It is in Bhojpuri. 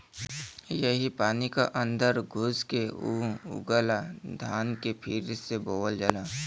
यही पानी क अन्दर घुस के ऊ उगला धान के फिर से बोअल जाला